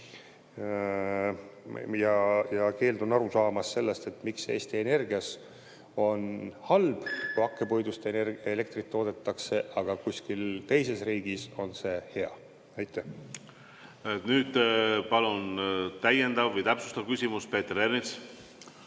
ja keeldun aru saamast sellest, miks Eesti Energia puhul on halb, kui hakkepuidust elektrit toodetakse, aga kuskil teises riigis on see hea. Nüüd palun täiendav või täpsustav küsimus, Peeter Ernits!